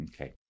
Okay